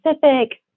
Pacific